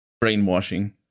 brainwashing